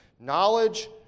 Knowledge